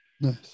Nice